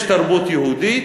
יש תרבות יהודית